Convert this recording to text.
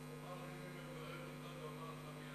אמור לי מי מברך אותך ואומר לך מי אתה.